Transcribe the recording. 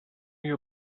your